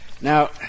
now